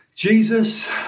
Jesus